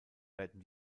werden